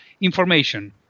information